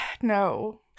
No